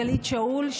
גלית שאול,